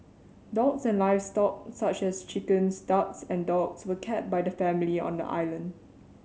dogs and livestock such as chickens ducks and dogs were kept by the family on the island